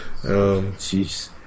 Jeez